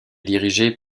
dirigé